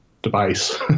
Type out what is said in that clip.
Device